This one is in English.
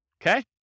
okay